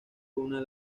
una